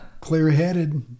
Clear-headed